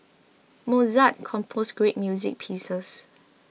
Mozart composed great music pieces